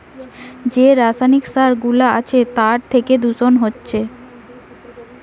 যে রাসায়নিক সার গুলা আছে তার থিকে দূষণ হচ্ছে